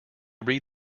read